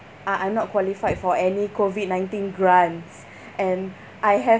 uh I'm not qualified for any COVID nineteen grants and I have